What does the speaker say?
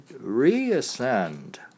reascend